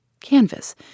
Canvas